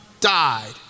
died